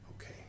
Okay